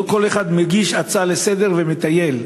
לא כל אחד מגיש הצעה לסדר-היום ומטייל.